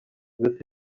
with